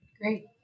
Great